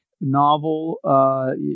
novel